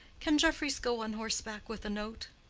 can jeffries go on horseback with a note?